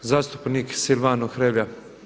Zastupnik Silvano Hrelja.